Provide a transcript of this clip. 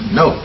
no